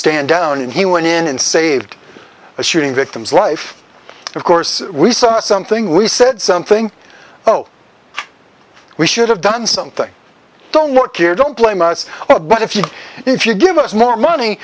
stand down and he went in and saved a shooting victim's life of course we saw something we said something oh we should have done something don't not care don't blame us oh but if you if you give us more money